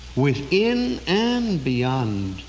within and beyond,